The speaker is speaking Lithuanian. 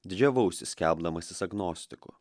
didžiavausi skelbdamasis agnostiku